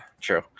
true